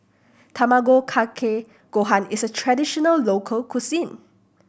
Tamago Kake Gohan is a traditional local cuisine